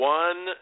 one